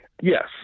yes